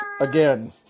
again